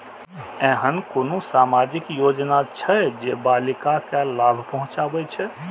ऐहन कुनु सामाजिक योजना छे जे बालिका के लाभ पहुँचाबे छे?